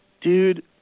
dude